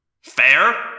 Fair